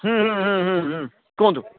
ହୁଁ ହୁଁ ହୁଁ ହୁଁ ହୁଁ କୁହନ୍ତୁ